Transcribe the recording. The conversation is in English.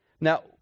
Now